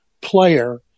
player